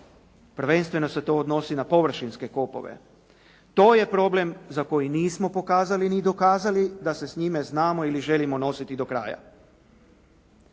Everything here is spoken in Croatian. Prvenstveno se to odnosi na površinske kopove. To je problem za koji nismo pokazali ni dokazali da se s njime znamo ili želimo nositi do kraja.